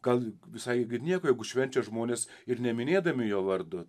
gal visai ir nieko jeigu švenčia žmonės ir neminėdami jo vardu